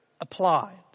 applied